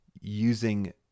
using